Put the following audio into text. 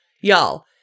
Y'all